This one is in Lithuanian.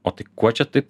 o tai kuo čia taip